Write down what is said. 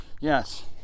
yes